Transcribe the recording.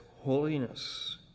holiness